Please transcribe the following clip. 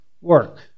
work